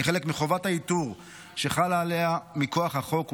כחלק מחובת האיתור שחלה עליהם מכוח החוק,